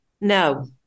No